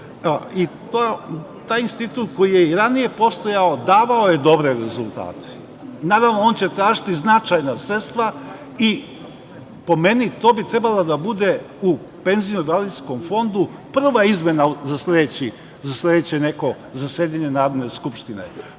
i taj institut koji je i ranije postojao davao je dobre rezultate. Naravno, on će tražiti značajna sredstva i po meni to bi trebalo da bude u PIO fondu prva izmena za sledeće neko zasedanje Narodne skupštine.